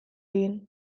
egin